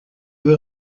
veux